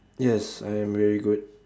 yes I am very good